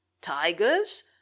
tigers